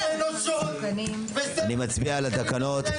אני מצביע על התקנות.